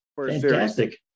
Fantastic